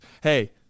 Hey